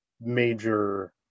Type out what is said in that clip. major